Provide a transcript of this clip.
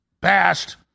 Bast